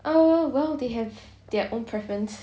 uh well they have their own preference